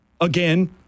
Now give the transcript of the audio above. Again